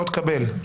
לא תקבל.